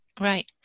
Right